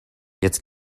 jetzt